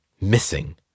missing